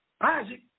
Isaac